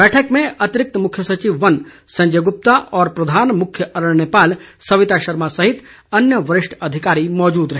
बैठक में अतिरिक्त मुख्य सचिव वन संजय गुप्ता और प्रधान मुख्य अरण्यपाल सविता शर्मा सहित अन्य वरिष्ठ अधिकारी मौजूद रहे